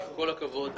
עם כל הכבוד,